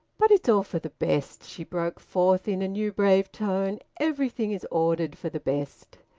but it's all for the best! she broke forth in a new brave tone. everything is ordered for the best.